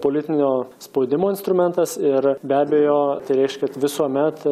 politinio spaudimo instrumentas ir be abejo tai reiškia visuomet